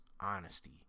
honesty